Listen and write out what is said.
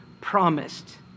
promised